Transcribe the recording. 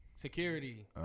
Security